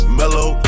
mellow